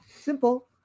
Simple